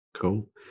Cool